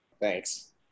Thanks